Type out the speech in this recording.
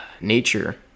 Nature